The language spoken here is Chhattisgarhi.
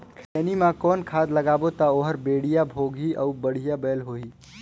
खैनी मा कौन खाद लगाबो ता ओहार बेडिया भोगही अउ बढ़िया बैल होही?